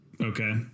Okay